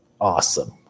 awesome